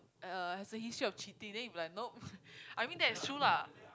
uh has a history of cheating then you'll be like nope I mean that's true lah